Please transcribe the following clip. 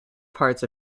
parts